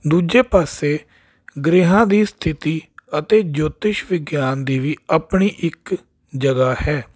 ਦੂਜੇ ਪਾਸੇ ਗ੍ਰਹਿਆਂ ਦੀ ਸਥਿਤੀ ਅਤੇ ਜੋਤਿਸ਼ ਵਿਗਿਆਨ ਦੀ ਵੀ ਆਪਣੀ ਇੱਕ ਜਗ੍ਹਾ ਹੈ